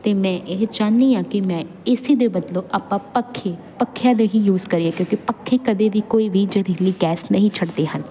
ਅਤੇ ਮੈਂ ਇਹ ਚਾਹੁੰਦੀ ਹਾਂ ਕਿ ਮੈਂ ਏ ਸੀ ਦੇ ਬਦਲੇ ਆਪਾਂ ਪੱਖੇ ਪੱਖਿਆਂ ਦੇ ਹੀ ਯੂਜ ਕਰੀਏ ਕਿਉਂਕਿ ਪੱਖੇ ਕਦੇ ਵੀ ਕੋਈ ਵੀ ਜ਼ਹਿਰੀਲੀ ਗੈਸ ਨਹੀਂ ਛੱਡਦੇ ਹਨ